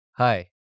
Hi